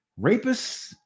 rapists